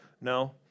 No